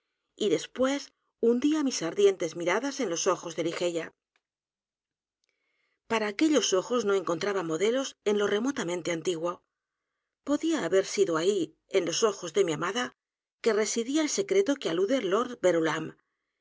y después hundía mis ardientes miradas en los ojos de ligeia p a r a aquellos ojos no encontraba modelos en lo r e motamente antiguo podía haber sido ahí en los ojos de mi amada que residía el secreto á que alude lord